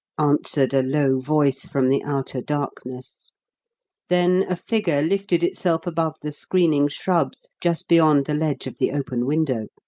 answered a low voice from the outer darkness then a figure lifted itself above the screening shrubs just beyond the ledge of the open window,